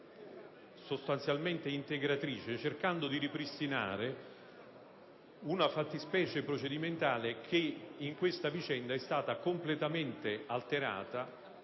sostanzialmente integratrice, cercando di ripristinare una fattispecie procedimentale che in questa vicenda è stata completamente alterata,